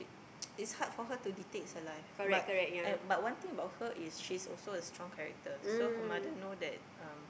it's hard for her to dictates her life but at but one thing about her is she's also a strong character so her mother know that um